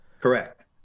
correct